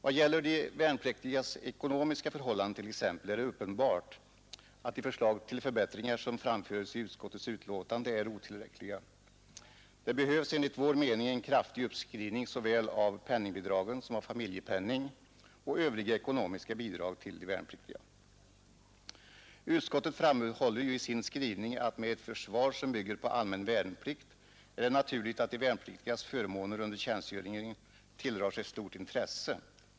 Vad gäller de värnpliktigas ekonomiska förhållande t.ex. är det uppenbart, att de förslag till förbättringar som framföres i utskottets betänkande är otillräckliga. Det behövs enligt vår mening en kraftig uppskrivning såväl av penningbidragen som av familjepenning och övriga ekonomiska bidrag till de värnpliktiga. Utskottet framhåller: ”Med ett försvar som bygger på allmän värnplikt är det naturligt att de värnpliktigas förmåner under tjänstgöringen tilldrar sig stort intresse.